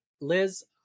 Liz